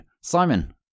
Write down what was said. Simon